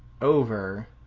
over